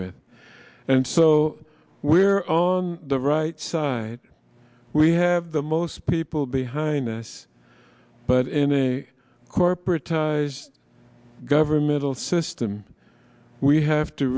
with and so we're on the right side we have the most people behind us but in a corporate ties governmental system we have to